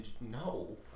no